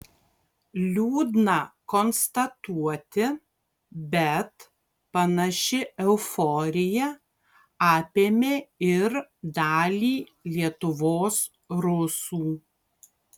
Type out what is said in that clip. liūdna konstatuoti bet panaši euforija apėmė ir dalį lietuvos rusų